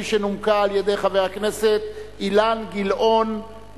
שנומקה על-ידי חבר הכנסת אילן גילאון,